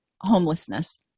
homelessness